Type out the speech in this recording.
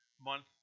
month